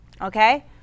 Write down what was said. Okay